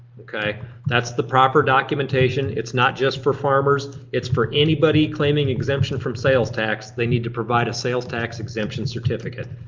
that's the proper documentation. it's not just for farmers, it's for anybody claiming exemption from sales tax. they need to provide a sales tax exemption certificate.